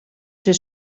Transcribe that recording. ser